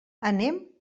anem